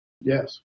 Yes